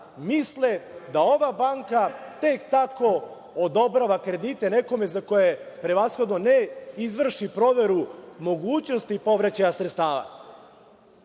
misle da ova banka tek tako odobrava kredite nekome za koje prevashodno ne izvrši proveru mogućnosti povraćaja sredstava? Takođe,